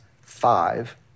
five